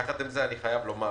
יחד עם זה אני חייב לומר